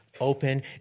open